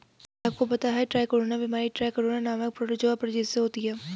क्या आपको पता है ट्राइकोडीना बीमारी ट्राइकोडीना नामक प्रोटोजोआ परजीवी से होती है?